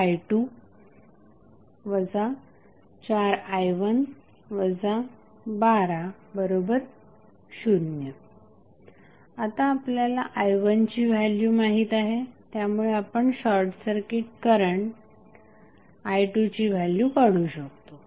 20i2 4i1 120 आता आपल्याला i1ची व्हॅल्यू माहित आहे त्यामुळे आपण शॉर्टसर्किट करंट i2ची व्हॅल्यू काढू शकतो